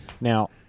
Now